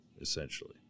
essentially